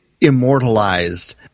immortalized